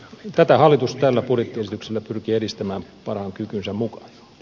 tätä hallitus tällä budjettiesityksellä pyrkii edistämään parhaan kykynsä mukaa